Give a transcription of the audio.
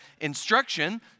instruction